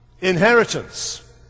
inheritance